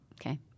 Okay